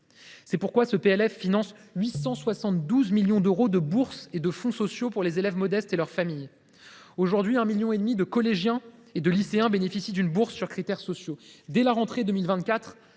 C’est pourquoi ce PLF consacre 872 millions d’euros de bourses et de fonds sociaux aux élèves modestes et à leurs familles. Aujourd’hui, 1,5 million de collégiens et de lycéens bénéficient d’une bourse sur critères sociaux. Dès la rentrée 2024,